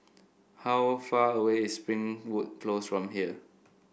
how far away is Springwood Close from here